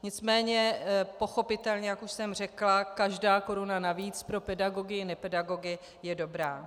Nicméně, pochopitelně, jak už jsem řekla, každá koruna navíc pro pedagogy, nepedagogy je dobrá.